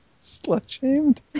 Slut-shamed